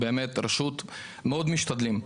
ברשות מאוד משתדלים.